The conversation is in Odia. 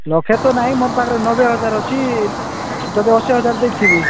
ଲକ୍ଷ୍ୟ ତ ନାହିଁ ମୋର ପାଖରେ ନବେ ହଜାର ଅଛି ତୋତେ ଅଶୀ ହଜାର ଦେଇଥିବି